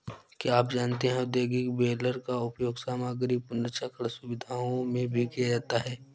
क्या आप जानते है औद्योगिक बेलर का उपयोग सामग्री पुनर्चक्रण सुविधाओं में भी किया जाता है?